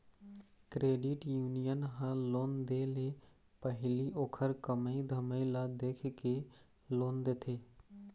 credit union ह loan दे ले पहिली ओखर कमई धमई ल देखके लोन देथे